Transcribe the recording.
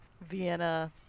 Vienna